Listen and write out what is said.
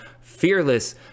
fearless